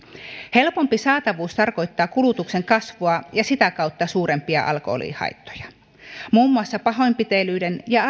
helpompi saatavuus tarkoittaa kulutuksen kasvua ja sitä kautta suurempia alkoholihaittoja muun muassa pahoinpitelyiden ja